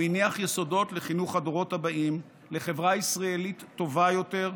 הוא הניח יסודות לחינוך הדורות הבאים לחברה ישראלית טובה יותר,